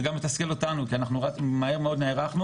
זה גם מתסכל אותנו, כי אנחנו מהר מאוד נערכנו.